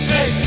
Hey